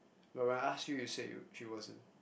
when I ask you you said you she wasn't